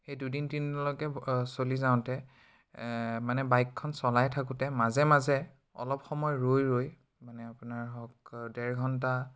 সেই দুদিন তিনিদিনলৈকে চলি যাওঁতে মানে বাইকখন চলাই থাকোঁতে মাজে মাজে অলপ সময় ৰৈ ৰৈ মানে আপোনাৰ হওক দেৰ ঘণ্টা